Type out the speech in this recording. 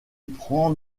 prend